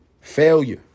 failure